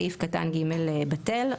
סעיף קטן (ג) בטל,